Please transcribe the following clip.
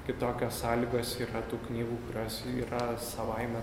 kitokios sąlygos yra tų knygų kurios yra savaime